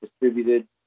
distributed